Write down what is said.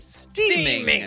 steaming